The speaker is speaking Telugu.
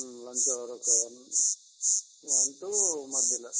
లంచ్ అవర్ ఒక వన్ టూ మధ్యలో